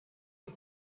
بود